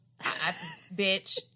bitch